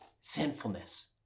sinfulness